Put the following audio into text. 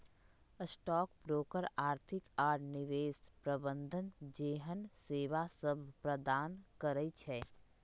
stock broker आर्थिक आऽ निवेश प्रबंधन जेहन सेवासभ प्रदान करई छै